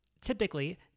typically